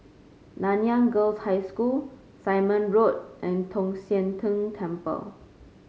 Nanyang Girls' High School Simon Road and Tong Sian Tng Temple